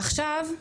עכשיו,